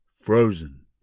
frozen